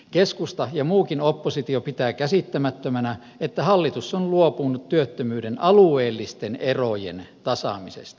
keskusta ja muukin oppositio pitää käsittämättömänä että hallitus on luopunut työttömyyden alueellisten erojen tasaamisesta